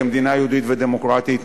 כמדינה יהודית ודמוקרטית,